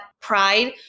pride